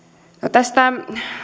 tästä